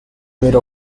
made